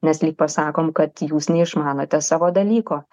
nes lyg pasakom kad jūs neišmanote savo dalyko